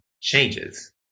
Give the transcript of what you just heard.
changes